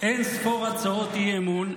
אין-ספור הצעות אי-אמון,